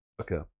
Okay